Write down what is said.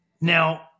Now